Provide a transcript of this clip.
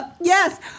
Yes